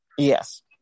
yes